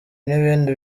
n’ibindi